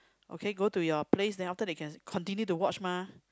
okay go to your place then after that you can continue to watch mah